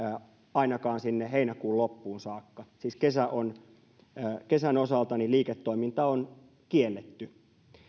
ainakaan sinne heinäkuun loppuun saakka siis kesän osalta liiketoiminta on kielletty